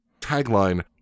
tagline